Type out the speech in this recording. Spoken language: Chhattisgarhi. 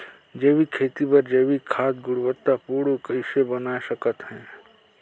जैविक खेती बर जैविक खाद गुणवत्ता पूर्ण कइसे बनाय सकत हैं?